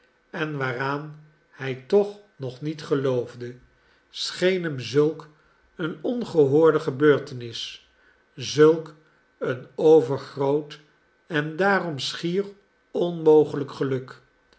en waaraan hij toch nog niet geloofde scheen hem zulk een ongehoorde gebeurtenis zulk een overgroot en daarom schier onmogelijk geluk